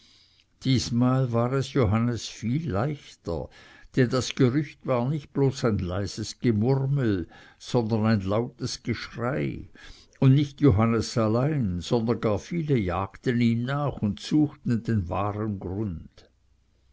diesmal war es johannes viel leichter denn das gerücht war nicht bloß ein leises gemurmel sondern ein lautes geschrei und nicht johannes allein sondern gar viele jagten ihm nach und suchten den wahren grund